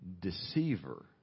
deceiver